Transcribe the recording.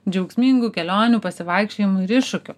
džiaugsmingų kelionių pasivaikščiojimų ir iššūkių